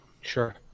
Sure